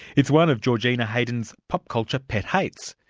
it's one of georgina heydon's pop-culture pet hates.